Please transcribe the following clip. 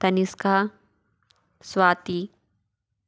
Tanishka Swati